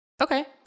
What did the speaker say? Okay